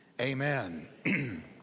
amen